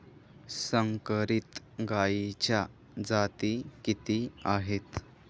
संकरित गायीच्या जाती किती आहेत?